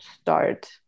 start